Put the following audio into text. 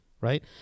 right